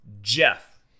Jeff